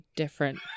different